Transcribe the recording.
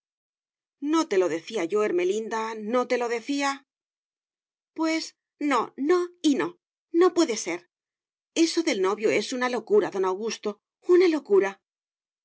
no te lo decía yo ermelinda no te lo decía pues no no y no no puede ser eso del novio es una locura don augusto una locura